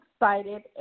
excited